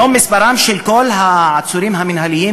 היום מספרם של כל העצורים המינהליים